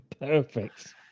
Perfect